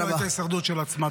-- ולא את ההישרדות של עצמה.